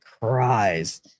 cries